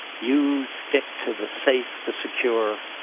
you stick to the safe, the secure,